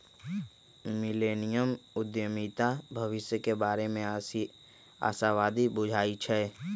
millennium उद्यमीता भविष्य के बारे में आशावादी बुझाई छै